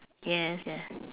yes yeah